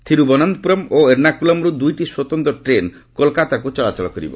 ଥିରୁବନନ୍ତପୁରମ୍ ଓ ଏର୍ଣ୍ଣାକୁଲମ୍ରୁ ଦୁଇଟି ସ୍ୱତନ୍ତ୍ର ଟ୍ରେନ୍ କୋଲକାତାକୁ ଚଳାଚଳ କରିବ